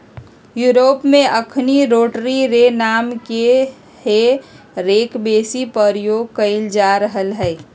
Europe में अखनि rotary रे नामके हे रेक बेशी प्रयोग कएल जा रहल हइ